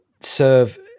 serve